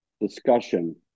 discussion